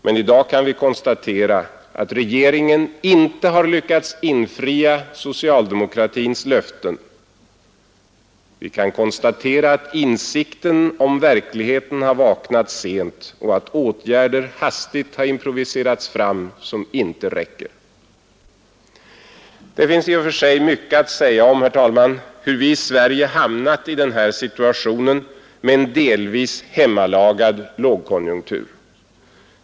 Men i dag kan vi konstatera att regeringen inte lyckats infria socialdemokratins löften, att insikten om verkligheten vaknat sent och att åtgärder som hastigt improviserats fram, inte räcker. Det finns i och för sig, herr talman, mycket att säga om hur vi i Sverige hamnat i den här situationen med en delvis hemmalagad lågkonjunktur.